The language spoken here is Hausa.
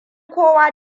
kowa